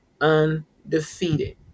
undefeated